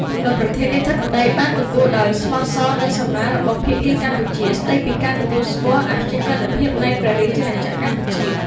លោកប្រធានាធិបតីបានទទួលដោយស្មោះសរ នូវសំណើរបស់ភាគីកម្ពុជា ស្តីពីការទទួលស្គាល់អាព្យាក្រឹតភាព នៃព្រះរាជាណាចក្រកម្ពុជា។